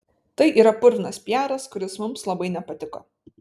tai yra purvinas piaras kuris mums labai nepatiko